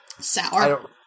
Sour